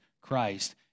Christ